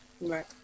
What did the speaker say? Right